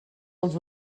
els